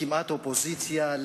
לכמעט אופוזיציה,